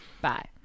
Bye